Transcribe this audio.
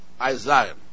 Isaiah